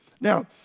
Now